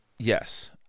Yes